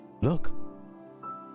Look